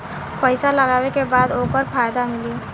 पइसा लगावे के बाद ओकर फायदा मिली